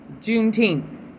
Juneteenth